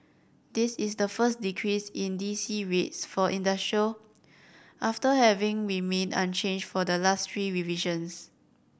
this is the first decrease in D C rates for industrial after having remained unchanged for the last three revisions